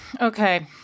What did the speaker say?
Okay